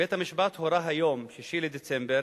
בית-המשפט הורה היום, 6 בדצמבר,